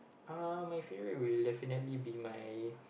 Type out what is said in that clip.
uh my favourite would definitely be my